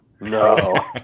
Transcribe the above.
No